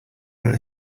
that